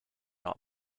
not